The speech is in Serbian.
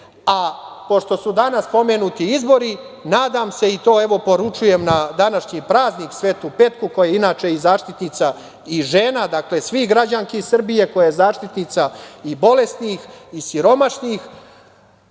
su danas pomenuti izbori nadam se, i to evo poručujem na današnji praznik Svetu Petku, koja je inače i zaštitnica i žena, dakle svih građanki Srbije koja je zaštitnica i bolesnih i siromašnih